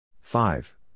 Five